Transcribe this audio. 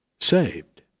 saved